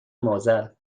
معضل